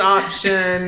option